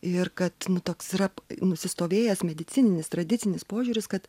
ir kad toks yra nusistovėjęs medicininis tradicinis požiūris kad